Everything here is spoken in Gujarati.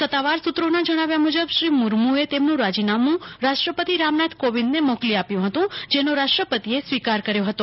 સત્તાવાર સુત્રોના જણાવ્યા મુજબ શ્રી મુર્મુએ તેમનું રાજીનામુ રાષ્ટ્રપતિ રામનાથ કોવિંદને મોકલી આપ્યુ હતું જેનો રાષ્ટ્રપતિએ સ્વીકાર કર્યો હતો